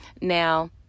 Now